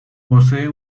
posee